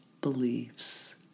beliefs